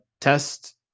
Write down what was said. test